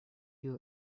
you